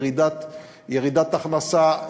ירידת הכנסה,